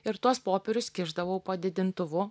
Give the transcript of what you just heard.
ir tuos popierius kišdavau po didintuvu